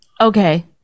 Okay